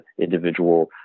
individual